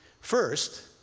First